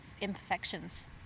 imperfections